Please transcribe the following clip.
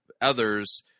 others